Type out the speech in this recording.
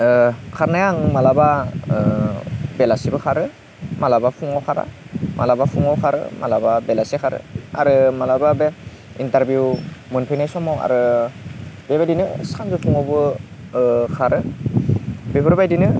खारनाया आं माब्लाबा बेलासिबो खारो माब्लाबा फुङाव खारा माब्लाबा फुङाव खारो माब्लाबा बेलासे खारा आरो माब्लाबा बे इन्टारभिउ मोनफैनाय समाव आरो बेबायदिनो सानजौफुआवबो खारो बेफोरबायदिनो